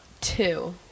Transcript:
Two